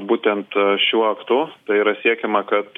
būtent šiuo aktu tai yra siekiama kad